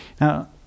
Now